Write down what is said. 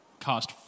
cost